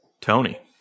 Tony